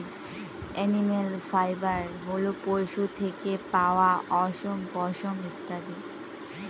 animal fibre হল পশু থেকে পাওয়া অশম, পশম ইত্যাদি